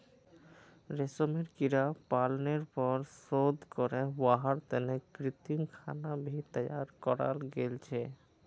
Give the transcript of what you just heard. रेशमेर कीड़ा पालनेर पर शोध करे वहार तने कृत्रिम खाना भी तैयार कराल गेल छे